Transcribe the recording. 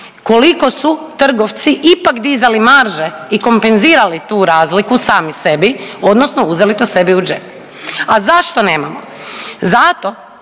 koliko su trgovci ipak dizali marže i kompenzirali tu razliku sami sebi odnosno uzeli to sebi u džep. A zašto nemamo? Zato